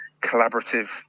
collaborative